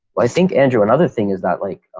i think andrew another thing is that like,